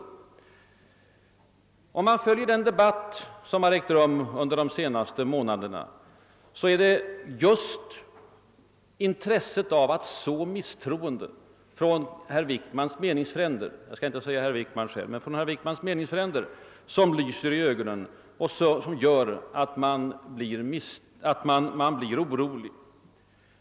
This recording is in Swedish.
I den debatt som ägt rum under de senaste månaderna är det just intresset av att så misstroende från herr Wickmans meningsfränders sida — jag skall inte säga att detta gäller herr Wickman själv — som lyser i ögonen.